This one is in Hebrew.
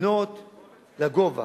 לבנות לגובה.